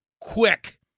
quick